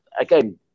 again